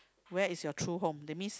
where is your true home this means